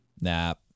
Nap